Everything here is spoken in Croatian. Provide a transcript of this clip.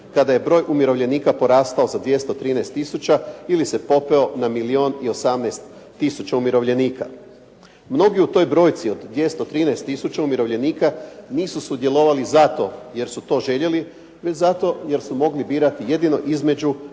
kada je broj umirovljenika porastao sa 213 tisuća ili se popeo na milijun 18 tisuća umirovljenika. Mnogi u toj brojci od 213 tisuća umirovljenika nisu sudjelovali zato jer su to željeli već zato jer su mogli birati jedino između